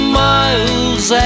miles